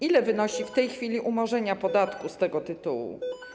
Ile wynosi w tej chwili umorzenie podatku z tego tytułu?